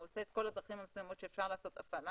עושה את כל הדרכים המסוימות שאפשר לעשות הפעלה